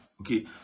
Okay